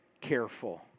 careful